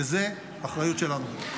וזו אחריות שלנו.